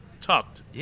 tucked